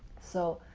so